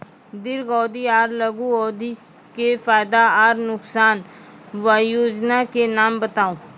दीर्घ अवधि आर लघु अवधि के फायदा आर नुकसान? वयोजना के नाम बताऊ?